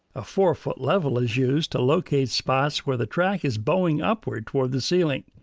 a four foot level is used to locate spots where the track is bowing upward toward the ceiling.